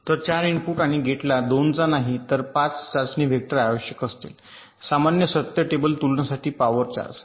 तर 4 इनपुट आणि गेटला 2 चा नाही तर 5 चाचणी वेक्टर आवश्यक असतील सामान्य सत्य टेबल तुलनासाठी पॉवर 4